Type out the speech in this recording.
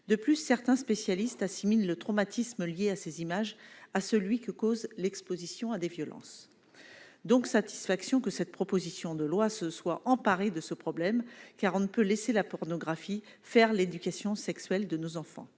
de plus, certains spécialistes assimile le traumatisme lié à ces images à celui que cause l'Exposition à des violences donc satisfaction que cette proposition de loi se soit emparé de ce problème, car on ne peut laisser la pornographie faire l'éducation sexuelle de nos enfants,